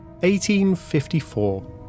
1854